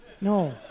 No